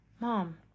Mom